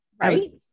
Right